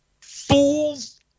fools